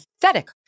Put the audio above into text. pathetic